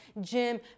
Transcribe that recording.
Jim